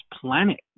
planet